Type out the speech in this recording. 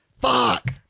fuck